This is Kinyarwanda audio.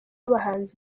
abahanzi